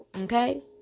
Okay